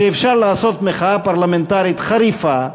שאפשר לעשות מחאה פרלמנטרית חריפה,